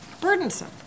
burdensome